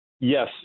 Yes